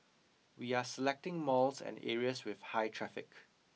we are selecting malls and areas with high traffic